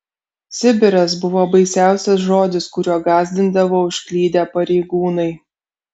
sibiras buvo baisiausias žodis kuriuo gąsdindavo užklydę pareigūnai